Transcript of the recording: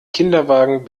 kinderwagen